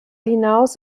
hinaus